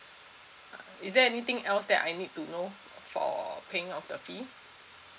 is there anything else that I need to know for paying of the fee